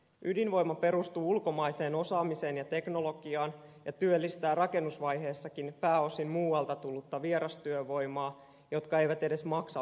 ydinvoima perustuu ulkomaiseen osaamiseen ja teknologiaan ja työllistää rakennusvaiheessakin pääosin muualta tullutta vierastyövoimaa joka ei edes maksa veroja suomeen